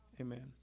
Amen